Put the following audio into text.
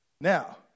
Now